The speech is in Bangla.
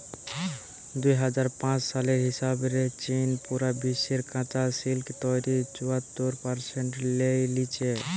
দুই হাজার পাঁচ সালের হিসাব রে চীন পুরা বিশ্বের কাচা সিল্ক তইরির চুয়াত্তর পারসেন্ট লেই লিচে